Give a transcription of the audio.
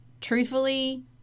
truthfully